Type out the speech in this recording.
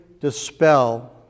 dispel